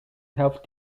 health